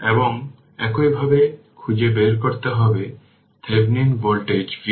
এবং একইভাবে খুঁজে বের করতে হবে Thevenin ভোল্টেজ VThevenin